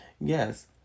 Yes